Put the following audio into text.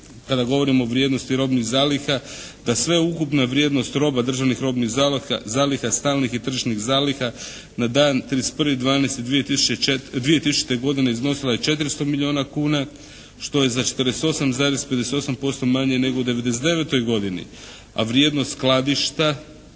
kada govorimo o vrijednosti robnih zaliha, da sveukupna vrijednost roba državnih robnih zaliha, stalnih i tržišnih zaliha na dan 31.12.2000. godine, iznosila je 400 milijuna kuna što je za 48,58% manje nego u '99. godini. A vrijednost skladišta